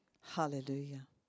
Hallelujah